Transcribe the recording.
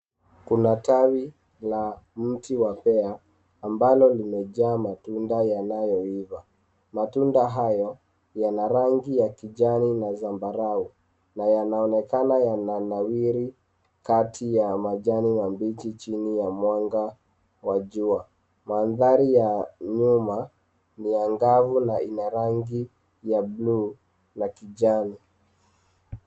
Kuna tawi la mti wa pea ambalo limejaa matunda yanayoiva. Matunda hayo yana rangi ya kijani na zambarau na yanaonekana yananawiri kati ya majani mabichi chini ya mwanga wa jua. Mandhari ya nyuma ni angavu na ina rangi ya bluu na kijani.